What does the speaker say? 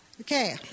Okay